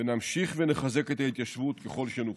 ונמשיך ונחזק את ההתיישבות ככל שנוכל.